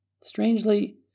Strangely